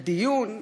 "הדיון,